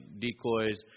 decoys